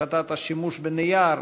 הפחתת השימוש בנייר,